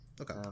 Okay